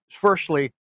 firstly